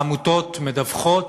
העמותות מדווחות